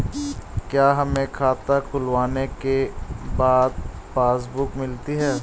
क्या हमें खाता खुलवाने के बाद पासबुक मिलती है?